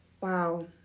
Wow